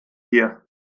hier